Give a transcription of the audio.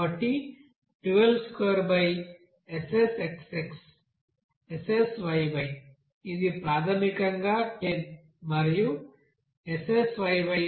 కాబట్టి 122SSxx SSyyఇది ప్రాథమికంగా 10 మరియు SSyy 14